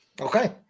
Okay